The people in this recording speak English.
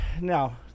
now